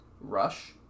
Rush